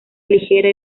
ligera